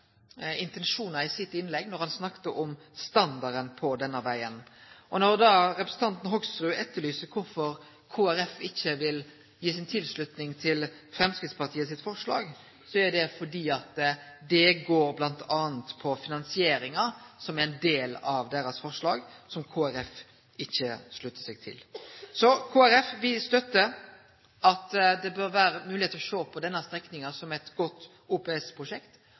intensjonar i sitt innlegg da han snakka om standarden på denne vegen. Når representanten Hoksrud spør kvifor Kristeleg Folkeparti ikkje vil gi sin tilslutnad til Framstegspartiets forslag, går det m.a. på finansieringa, som er ein del av deira forslag, som Kristeleg Folkeparti ikkje sluttar seg til. Så Kristeleg Folkeparti støttar at det bør vere mogleg å sjå på denne strekninga som eit godt